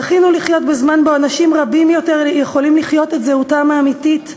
זכינו לחיות בזמן שבו אנשים רבים יותר יכולים לחיות את זהותם האמיתית.